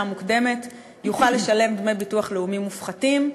מוקדמת יוכל לשלם דמי ביטוח לאומי מופחתים.